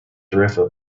tarifa